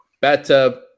Bathtub